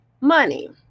money